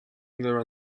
under